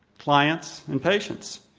clients, and patients.